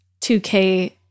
2K